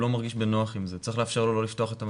אנחנו כולנו נמצאים בתקופה לא פשוטה והתקופה הזו